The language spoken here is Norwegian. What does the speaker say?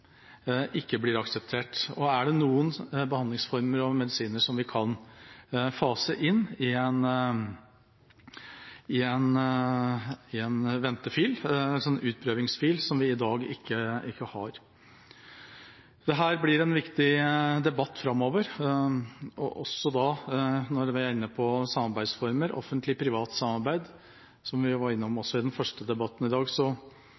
ikke blir akseptert? Og er det noen behandlingsformer og medisiner som vi kan fase inn i en ventefil, en utprøvingsfil, som vi i dag ikke har? Dette blir en viktig debatt framover, også når vi er inne på samarbeidsformer, offentlig–privat samarbeid. Som vi var innom også i den første debatten i dag,